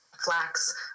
flax